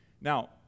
Now